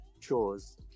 chores